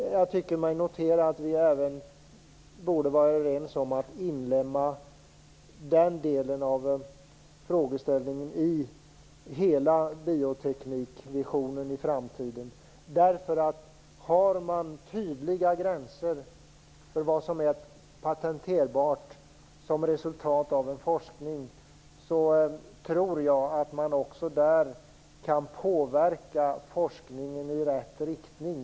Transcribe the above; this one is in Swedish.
Jag tycker mig kunna notera att vi även är överens om att inlemma den delen av frågeställningen i hela bioteknikvisionen i framtiden. Har man tydliga gränser för vad som är patenterbart som resultat av en forskning tror jag att man också där kan påverka forskningen i rätt riktning.